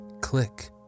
click